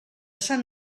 sant